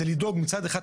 זה לדאוג מצד אחד,